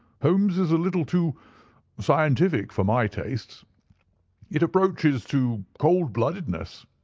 holmes is a little too scientific for my tastes it approaches to cold-bloodedness.